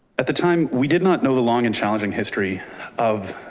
at the time we did not know the long and challenging history of